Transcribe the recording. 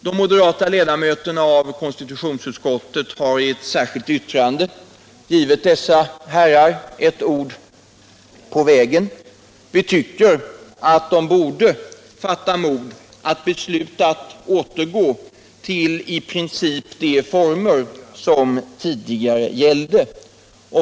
De moderata ledamöterna i konstitutionsutskottet har i ett särskilt yttrande givit dessa herrar ett ord på vägen: Vi tycker att de borde fatta mod att besluta att i princip återgå till de former som tidigare gällde.